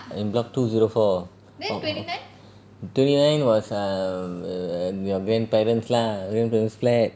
in block two zero four o~ o~ twenty nine was err um err your grandparents lah grandparents' flat